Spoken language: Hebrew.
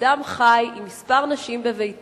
אדם חי עם כמה נשים בביתו,